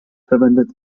verwendet